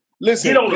listen